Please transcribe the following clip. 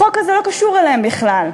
החוק הזה לא קשור אליהם בכלל,